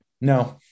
No